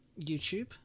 YouTube